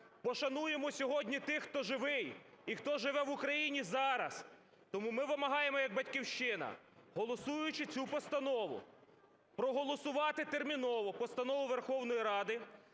пошануємо сьогодні тих, хто живий і хто живе в Україні зараз. Тому ми вимагаємо як "Батьківщина", голосуючи цю постанову, проголосувати терміново постанову Верховної Ради